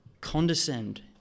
condescend